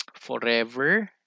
Forever